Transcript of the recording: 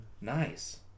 Nice